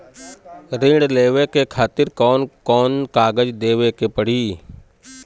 ऋण लेवे के खातिर कौन कोन कागज देवे के पढ़ही?